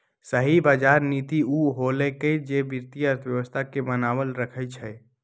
सही बजार नीति उ होअलई जे वित्तीय अर्थव्यवस्था के बनाएल रखई छई